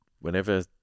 Whenever